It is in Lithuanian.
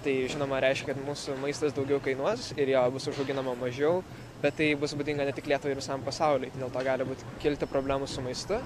tai žinoma reiškia kad mūsų maistas daugiau kainuos ir jo bus užauginama mažiau bet tai bus būdinga ne tik lietuvai ir visam pasauliui tai dėl to gali būt kilti problemų su maistu